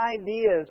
ideas